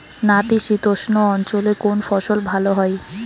নাতিশীতোষ্ণ অঞ্চলে কোন ফসল ভালো হয়?